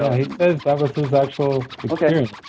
he says that was his actual experience,